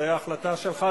זו החלטה שלך,